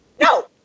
no